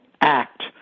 act